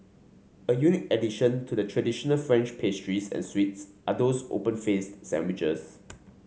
a unique addition to the traditional French pastries and sweets are those open faced sandwiches